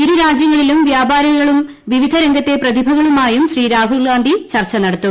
ഇരു രാജ്യങ്ങളിലും വ്യാപാരികളും വിവിധ രംഗത്തെ പ്രതിഭകളുമായും ശ്രീ രാഹുൽഗാന്ധി ചർച്ച നടത്തും